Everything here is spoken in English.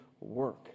work